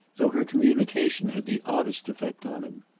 though her communication had the oddest effect on him.